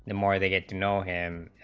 more they get to know him,